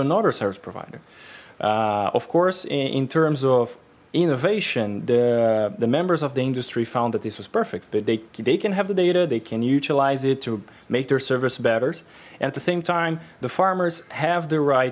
another service provider of course in terms of innovation the members of the industry found that this was perfect but they they can have the data they can utilize it to make their service batters at the same time the farmers have the right